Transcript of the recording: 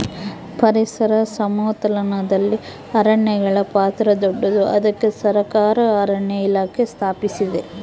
ಪರಿಸರ ಸಮತೋಲನದಲ್ಲಿ ಅರಣ್ಯಗಳ ಪಾತ್ರ ದೊಡ್ಡದು, ಅದಕ್ಕೆ ಸರಕಾರ ಅರಣ್ಯ ಇಲಾಖೆ ಸ್ಥಾಪಿಸಿದೆ